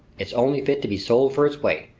it's only fit to be sold for its weight.